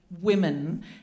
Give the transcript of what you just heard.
women